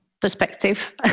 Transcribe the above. perspective